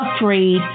afraid